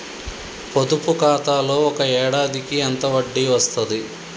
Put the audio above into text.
పొదుపు ఖాతాలో ఒక ఏడాదికి ఎంత వడ్డీ వస్తది?